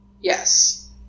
Yes